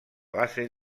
base